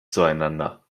zueinander